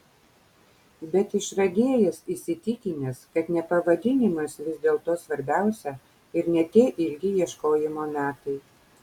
bet išradėjas įsitikinęs kad ne pavadinimas vis dėlto svarbiausia ir ne tie ilgi ieškojimo metai